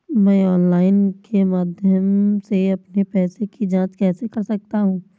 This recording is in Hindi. मैं ऑनलाइन के माध्यम से अपने पैसे की जाँच कैसे कर सकता हूँ?